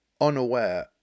unaware